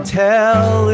tell